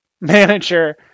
manager